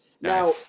Now